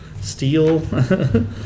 steel